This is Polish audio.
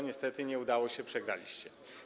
Niestety, nie udało się, przegraliście.